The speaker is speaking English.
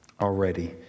already